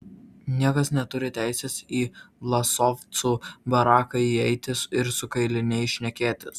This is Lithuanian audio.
niekas neturi teisės į vlasovcų baraką įeiti ir su kaliniais šnekėtis